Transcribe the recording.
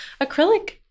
acrylic